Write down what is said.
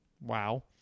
Wow